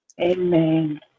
Amen